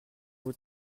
vous